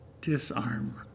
disarm